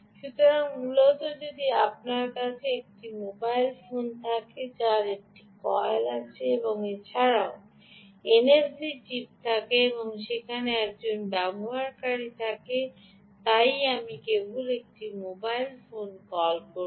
সুতরাং মূলত যদি আপনার কাছে একটি মোবাইল ফোন থাকে যার একটি কয়েল থাকে এবং এছাড়াও এনএফসি চিপ থাকে এবং সেখানে একজন ব্যবহারকারী থাকে তাই আমি কেবল এই মোবাইল ফোনে কল করব